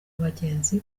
abagenzi